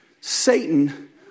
Satan